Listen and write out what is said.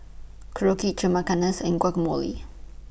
Korokke Chimichangas and Guacamole